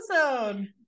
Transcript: episode